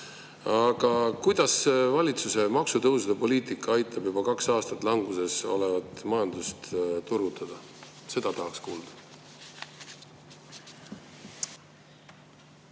aitab valitsuse maksutõusude poliitika juba kaks aastat languses olevat majandust turgutada? Seda tahaks kuulda.